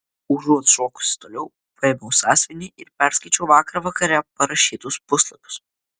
užuot šokusi toliau paėmiau sąsiuvinį ir perskaičiau vakar vakare parašytus puslapius